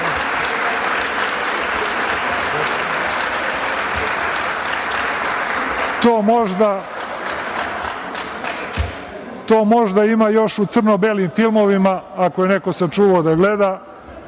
To možda ima još u crno-belim filmovima, ako je neko sačuvao da gleda,